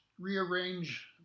rearrange